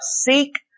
Seek